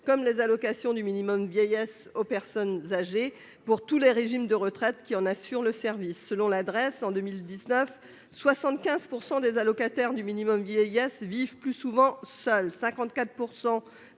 comme les allocations du minimum vieillesse, aux personnes âgées pour tous les régimes de retraite qui en assure le service selon l'adresse en 2019 75 % des allocataires du minimum vieillesse vivent plus souvent seuls, 54%